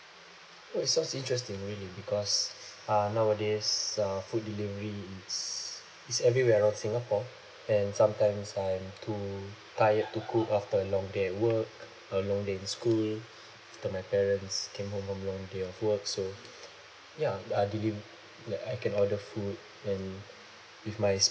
oh it sounds interesting really because um nowadays uh food delivery is is everywhere on singapore and sometimes I'm too tired to cook after a long day at work a long day in school after my parents came home after a long day of work so ya uh deliv~ that I can order food then with my